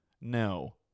No